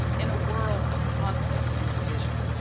in a world of conflict and division,